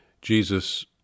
Jesus